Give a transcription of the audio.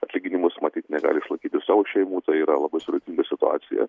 atlyginimus matyt negali išlaikyti savo šeimų tai yra labai sudėtinga situacija